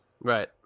right